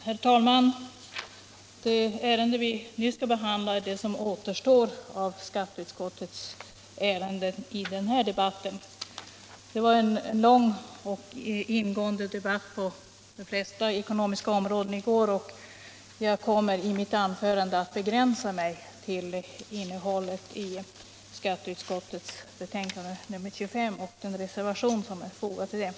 Herr talman! Det ärende vi nu skall behandla är det som återstår av skatteutskottets ärenden i den här debatten. Det var en lång och ingående debatt i de flesta ekonomiska frågor i går, och jag kommer i mitt anförande att begränsa mig till innehållet i skatteutskottets betänkande nr 25 och den reservation som är fogad till det.